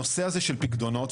הנושא הזה של פיקדונות,